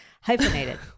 hyphenated